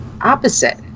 opposite